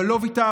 אבל לא ויתרנו.